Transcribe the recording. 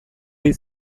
ohi